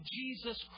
Jesus